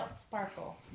sparkle